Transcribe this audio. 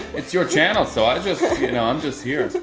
it's your channel so i just, you know i'm just here.